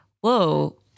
whoa